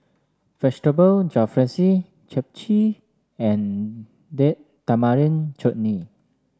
Vegetable Jalfrezi Japchae and Date Tamarind Chutney